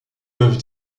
peuvent